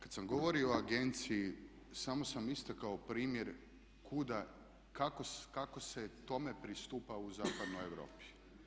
Kada sam govorio o agenciji samo sam istakao primjer kuda, kako se tome pristupa u zapadnoj Europi.